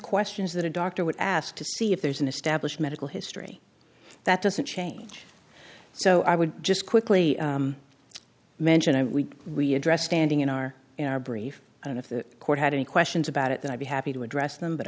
questions that a doctor would ask to see if there's an established medical history that doesn't change so i would just quickly mention and we we address standing in our in our brief and if the court had any questions about it then i'd be happy to address them but